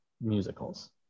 musicals